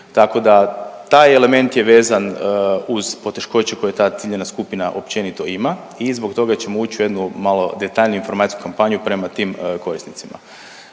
Tako da taj element je vezan uz poteškoće koje ta ciljana skupina općenito ima i zbog toga ćemo uć u jednu malo detaljniju informacijsku kampanju prema tim korisnicima.